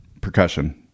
percussion